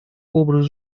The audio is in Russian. образ